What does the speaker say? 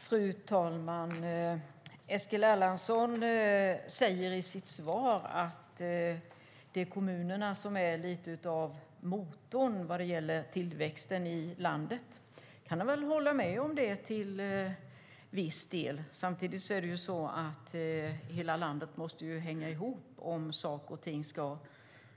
Fru talman! Eskil Erlandsson säger i sitt svar att det är kommunerna som är lite av motorn för tillväxten i landet. Jag kan hålla med om det till viss del. Samtidigt är det ju så att hela landet måste hänga ihop om saker och ting ska